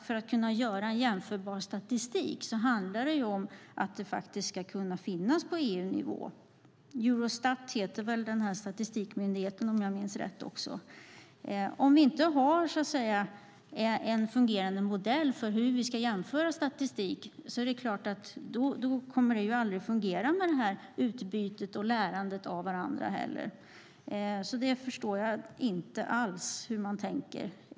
För att kunna göra en jämförbar statistik handlar det om att det faktiskt ska kunna finnas på EU-nivå. Eurostat heter statistikmyndigheten. Om vi inte har en fungerande modell för hur vi ska jämföra statistik kommer det naturligtvis aldrig att fungera med detta utbyte och lärande av varandra. Därför förstår jag inte alls hur man tänker.